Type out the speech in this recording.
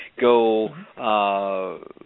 go